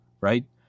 Right